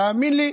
תאמין לי,